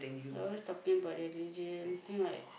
always talking about religion think what